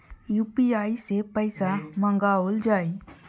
UPI सै पैसा मंगाउल जाय?